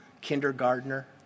kindergartner